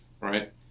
right